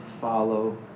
follow